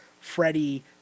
Freddie